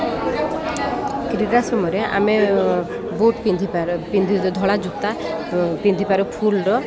କ୍ରୀଡ଼ା ସମୟରେ ଆମେ ବୁଟ୍ ପିନ୍ଧିପାରୁ ପିନ୍ଧ ଧଳା ଜୁତା ପିନ୍ଧିପାରୁ ଫୁଲ୍ର